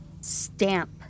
stamp